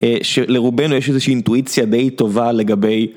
שלרובנו יש איזושהי אינטואיציה די טובה לגבי...